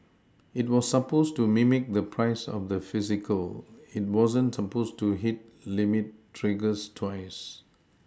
it was supposed to mimic the price of the physical it wasn't supposed to hit limit triggers twice